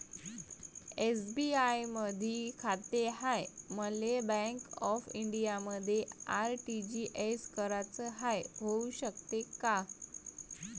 SBI मधी खाते हाय, मले बँक ऑफ इंडियामध्ये आर.टी.जी.एस कराच हाय, होऊ शकते का?